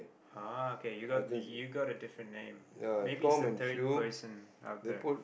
ah okay you got you got a different name maybe it's a third person out there